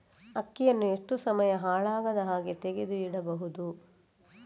ಅಕ್ಕಿಯನ್ನು ಎಷ್ಟು ಸಮಯ ಹಾಳಾಗದಹಾಗೆ ತೆಗೆದು ಇಡಬಹುದು?